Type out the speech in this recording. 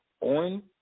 on